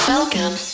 Welcome